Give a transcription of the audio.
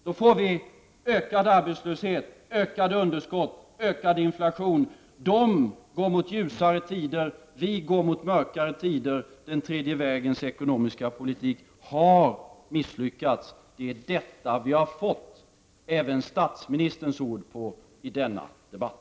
Vi får i stället ökad arbetslöshet, ökat underskott och ökad inflation. De andra länderna går mot ljusare tider. Vi går mot mörkare tider. Den tredje vägens ekonomiska politik har misslyckats. Det är detta vi även har fått statsministerns ord på i denna debatt.